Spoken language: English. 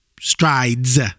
strides